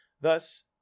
Thus